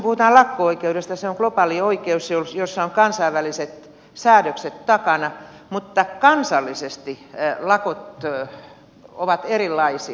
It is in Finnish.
kun puhutaan lakko oikeudesta se on globaali oikeus jossa on kansainväliset säädökset takana mutta kansallisesti lakot ovat erilaisia